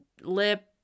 lip